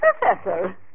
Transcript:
Professor